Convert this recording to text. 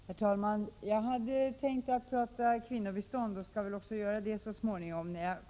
Herr talman! Jag hade tänkt diskutera kvinnobistånd, och skall väl också göra det så småningom.